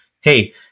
hey